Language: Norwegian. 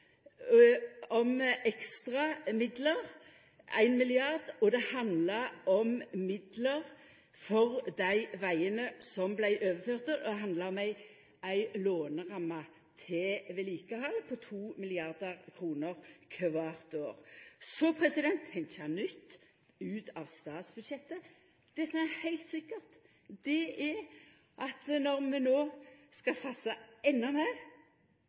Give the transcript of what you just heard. for dei vegane som vart overførde, og som handlar om ei låneramme til vedlikehald på 2 mrd. kr kvart år. Så til det å tenkje nytt – ut av statsbudsjettet. Det som er heilt sikkert, er at når vi no skal satsa endå meir